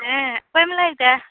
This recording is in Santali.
ᱦᱮᱸ ᱚᱠᱚᱭᱮᱢ ᱞᱟᱹᱭᱫᱟ